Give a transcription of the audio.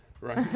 Right